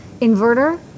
inverter